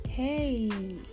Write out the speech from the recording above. hey